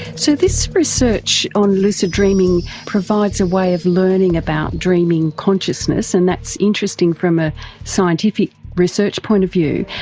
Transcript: so this research on lucid dreaming provides a way of learning about dreaming consciousness, and that's interesting from a scientific research point of view.